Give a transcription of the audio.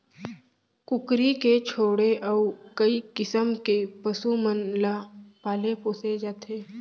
कुकरी के छोड़े अउ कई किसम के पसु मन ल पाले पोसे जाथे